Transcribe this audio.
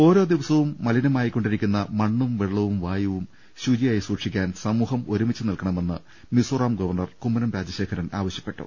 ഓരോ ദിവസവും മലിനമായിക്കൊണ്ടിരിക്കുന്ന മണ്ണും വെള്ളവും വായുവും ശുചിയായി സൂക്ഷിക്കാൻ സമൂഹം ഒരുമിച്ച് നിൽക്കണമെന്ന് മിസോറാം ഗവർണർ കുമ്മനം രാജശേഖരൻ ആവശ്യപ്പെട്ടു